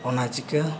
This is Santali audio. ᱚᱱᱟ ᱪᱤᱠᱟᱹ